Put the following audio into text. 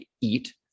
eat